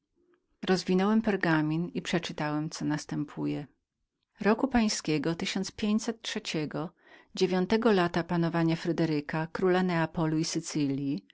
rozwinąłem pargamin i przeczytałem co następuje roku pańskiego ty r dziewiątej lata panowania fryderyka króla neapolu